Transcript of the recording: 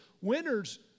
winners